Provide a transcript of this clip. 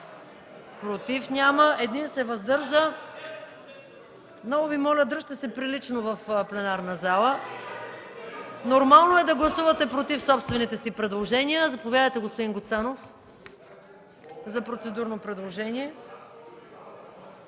Георги Андонов.) Много Ви моля – дръжте се прилично в пленарната зала. Нормално е да гласувате против собствените си предложения. Заповядайте, господин Гуцанов, за процедурно предложение.